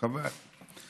חבל.